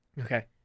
Okay